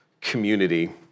community